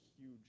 huge